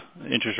interest